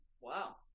Wow